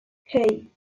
hey